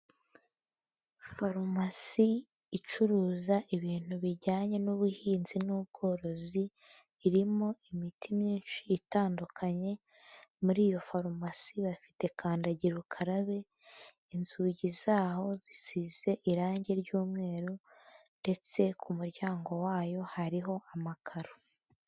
Farumasi icuruza ibintu bijyanye n'ubuhinzi n'ubworozi, irimo imiti myinshi itandukanye, muri iyo farumasi bafite kandagira ukarabe, inzugi zaho zisize irangi ry'umweru ndetse ku muryango wayo hariho amakaro.